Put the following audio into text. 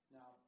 Now